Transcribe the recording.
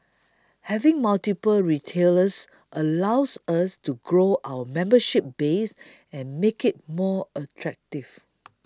having multiple retailers allows us to grow our membership base and make it more attractive